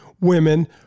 women